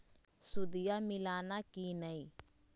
सुदिया मिलाना की नय?